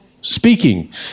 speaking